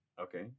Okay